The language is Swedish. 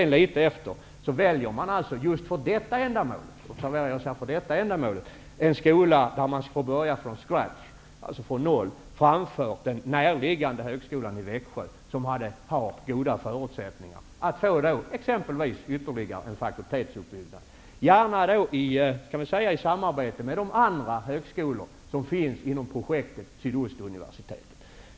Något senare väljer han alltså just för detta ändamål -- observera att jag säger för detta ändamål -- en skola där man skall börja från noll framför den närliggande högskolan i Växjö, som har goda förutsättningar att få exempelvis ytterligare en fakultetsutbyggnad, gärna i samarbete med de andra högskolor som finns inom projektet Syd-ost-universitetet.